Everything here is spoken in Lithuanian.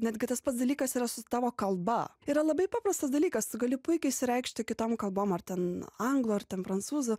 netgi tas pats dalykas yra su tavo kalba yra labai paprastas dalykas tu gali puikiai išsireikšti kitom kalbom ar ten anglų ar ten prancūzų